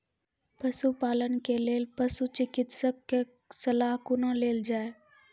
पशुपालन के लेल पशुचिकित्शक कऽ सलाह कुना लेल जाय?